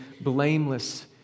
blameless